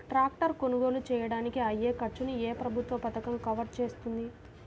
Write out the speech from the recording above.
Tractor కొనుగోలు చేయడానికి అయ్యే ఖర్చును ఏ ప్రభుత్వ పథకం కవర్ చేస్తుంది?